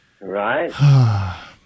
Right